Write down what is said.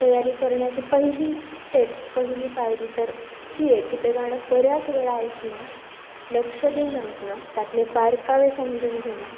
तयारी करण्याची पहिली स्टेप पहिली पायरी तर ही आहे की ते कारणं बऱ्याच वेळा ऐकणं लक्ष देऊन ऐकणं त्यातले बारकावे समजून घेणं